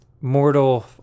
mortal